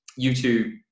youtube